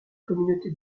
communauté